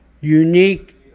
unique